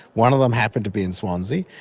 one of them happened to be in swansea.